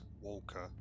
Walker